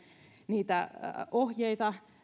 niitä ohjeita